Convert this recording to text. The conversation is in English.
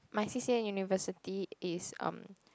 my c_c_a university is um